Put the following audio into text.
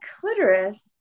clitoris